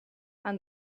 and